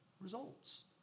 results